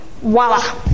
voila